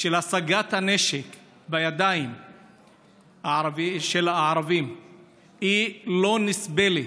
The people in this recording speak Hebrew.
של השגת הנשק בידי הערבים היא לא נסבלת,